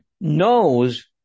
knows